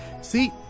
See